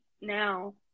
now